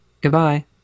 Goodbye